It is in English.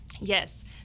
yes